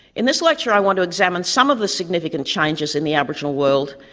in this lecture, i want to examine some of the significant changes in the aboriginal world,